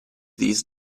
these